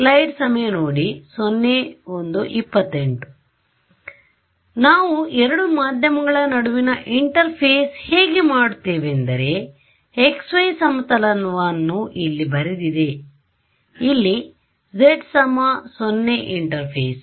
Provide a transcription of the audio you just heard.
ಆದ್ದರಿಂದ ನಾವು ಎರಡು ಮಾಧ್ಯಮಗಳ ನಡುವಿನ ಇಂಟರ್ಫೇಸ್ ಹೇಗೆ ಮಾಡುತ್ತೇವೆಂದರೆ xy ಸಮತಲವನ್ನು ಇಲ್ಲಿ ಬರೆದಿದೆ ಹೇಳೋಣ ಇಲ್ಲಿ z 0 ಇಂಟರ್ಫೇಸ್